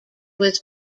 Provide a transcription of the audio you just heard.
was